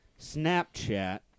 Snapchat